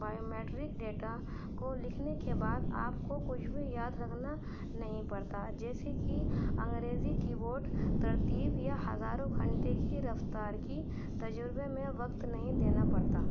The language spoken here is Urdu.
بایو میٹرک ڈیٹا کو لکھنے کے بعد آپ کو کچھ بھی یاد رکھنا نہیں پڑتا جیسے کہ انگریزی کی ووٹ ترتیب یا ہزاروں گھنٹے کی رفتار کی تجربے میں وقت نہیں دینا پڑتا